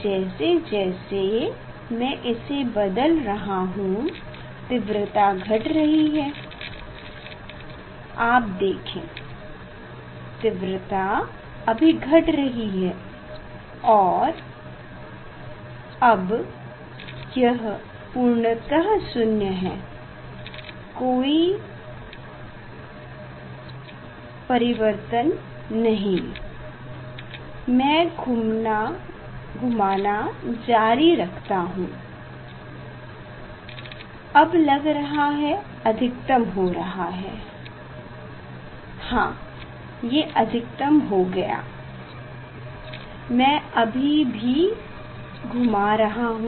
जैसे जैसे मैं इसे बदल रहा हूँ तीव्रता घट रही है आप देखें तीव्रता अभी घट रही है और अब यह पूर्णता शून्य है कोई परावर्तन नहीं में घूमाना जारी रखता हूँ अब लग रहा है ये अधिकतम हो रहा है ये अधिकतम हो गया मैं अभी भी घूमा रहा हूँ